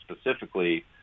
specifically